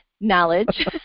knowledge